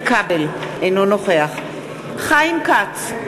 אינו נוכח חיים כץ,